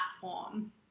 platform